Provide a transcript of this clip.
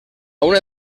una